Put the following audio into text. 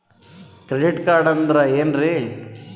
Credit card ಅಂದ್ರ ಏನ್ರೀ?